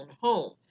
home